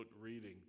reading